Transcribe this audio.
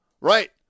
right